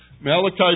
Malachi